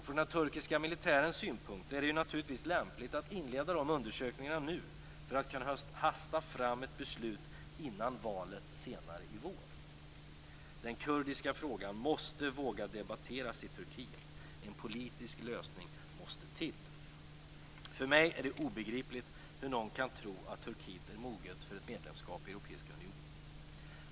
Från den turkiska militärens synpunkt är det naturligtvis lämpligt att inleda de undersökningarna nu för att kunna hasta fram ett beslut innan valet senare i vår. Man måste våga debattera den kurdiska frågan i Turkiet. En politisk lösning måste till. För mig är det obegripligt hur någon kan tro att Turkiet är moget för ett medlemskap i Europeiska unionen.